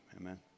amen